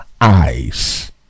eyes